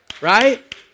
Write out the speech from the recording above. Right